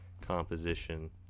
composition